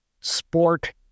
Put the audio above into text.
sport